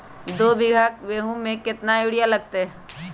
दो बीघा गेंहू में केतना यूरिया लगतै?